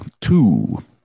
two